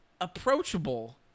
approachable